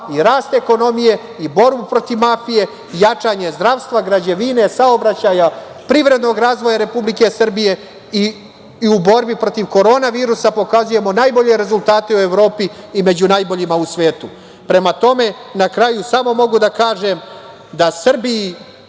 i rast ekonomije i borbu protiv mafije i jačanje zdravstva, građevine, saobraćaja, privrednog razvoja Republike Srbije. I u borbi protiv korona virusa pokazujemo najbolje rezultate u Evropi i među najboljima smo u svetu. Prema tome, na kraju samo mogu da kažem da se Srbiji